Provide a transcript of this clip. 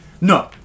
no